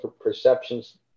perceptions